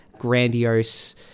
grandiose